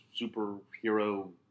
superhero